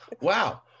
wow